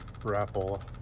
Grapple